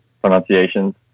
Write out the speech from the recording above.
Pronunciations